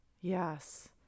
Yes